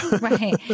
Right